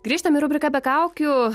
grįžtam į rubriką be kaukių